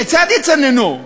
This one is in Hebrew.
כיצד יצננו?